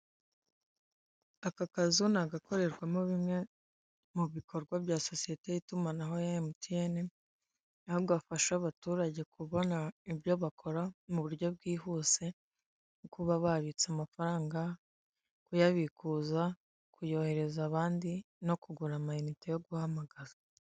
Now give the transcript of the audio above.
Aka kazu ni agakorerwamo bimwe mu bikorwa bya sosiyete y'itumanaho ya Emutiyene, aho gafasha abaturage kubona ibyo bakora mu buryo bwihuse, nko kuba babitsa amafaranga, kuyabikuza, kuyohereza abandi no kugura amayinite yo guhamagaza.